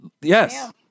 Yes